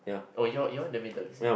oh y'all y'all never